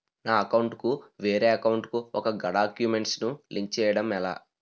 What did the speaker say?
నా అకౌంట్ కు వేరే అకౌంట్ ఒక గడాక్యుమెంట్స్ ను లింక్ చేయడం ఎలా?